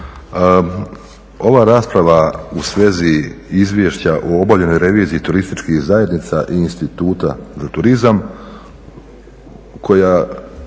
Ova rasprava u svezi Izvješća o obavljenoj reviziji turističkih zajednica i Instituta za turizam koje